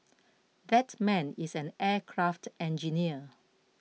that man is an aircraft engineer